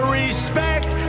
respect